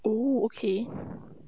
oh okay